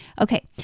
Okay